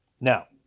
Now